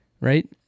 right